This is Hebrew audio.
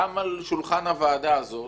גם על שולחן הוועדה הזאת,